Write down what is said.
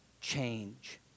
change